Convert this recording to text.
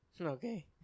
Okay